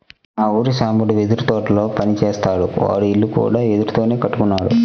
మా ఊరి సాంబడు వెదురు తోటల్లో పని జేత్తాడు, వాడి ఇల్లు కూడా వెదురుతోనే కట్టుకున్నాడు